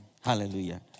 Hallelujah